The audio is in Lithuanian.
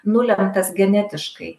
nulemtas genetiškai